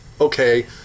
okay